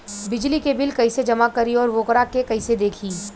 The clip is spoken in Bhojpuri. बिजली के बिल कइसे जमा करी और वोकरा के कइसे देखी?